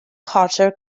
carter